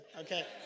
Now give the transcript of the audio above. Okay